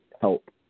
help